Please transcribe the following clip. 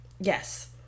yes